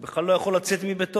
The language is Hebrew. הוא בכלל לא יכול לצאת מביתו,